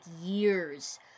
years